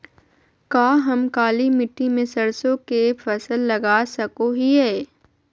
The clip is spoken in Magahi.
का हम काली मिट्टी में सरसों के फसल लगा सको हीयय?